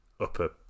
upper